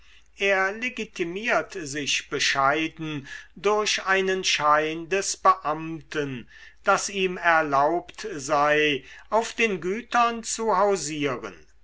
er legitimiert sich bescheiden durch einen schein des beamten daß ihm erlaubt sei auf den gütern zu hausieren